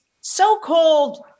so-called